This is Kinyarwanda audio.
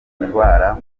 indwara